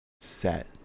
set